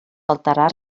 alterar